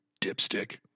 dipstick